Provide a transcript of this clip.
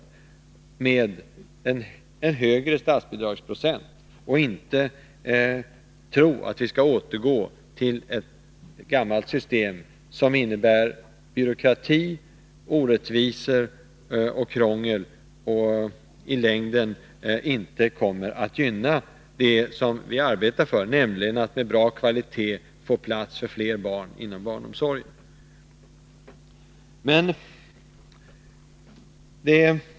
Arbeta för en högre statsbidragsprocent och inte för att vi skall återgå till ett gammalt system, som innebär byråkrati, orättvisor och krångel och som i längden inte kommer att gynna det som vi arbetar för, nämligen att med bra kvalitet få plats för flera barn inom barnomsorgen.